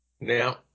now